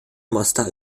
mostar